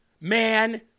man